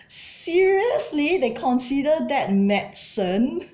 seriously they consider that medicine